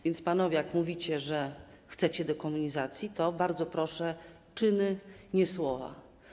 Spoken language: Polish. Więc panowie, jak mówicie, że chcecie dekomunizacji, to bardzo proszę: czyny, nie słowa.